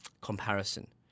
comparison